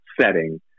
setting